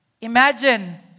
imagine